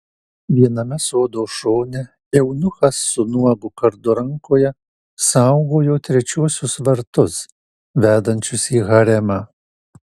viename sodo šone eunuchas su nuogu kardu rankoje saugojo trečiuosius vartus vedančius į haremą